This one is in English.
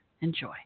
Enjoy